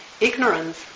ignorance